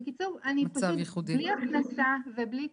בקיצור, אני עכשיו בלי הכנסה ובלי כלום.